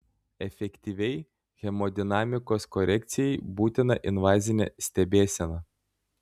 efektyviai hemodinamikos korekcijai būtina invazinė stebėsena